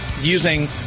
using